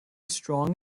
strong